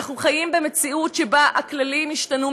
אנחנו חיים במציאות שבה הכללים השתנו,